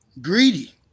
Greedy